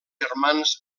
germans